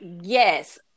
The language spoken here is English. yes